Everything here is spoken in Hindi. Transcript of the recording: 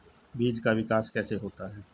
बीज का विकास कैसे होता है?